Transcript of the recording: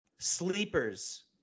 sleepers